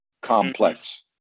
complex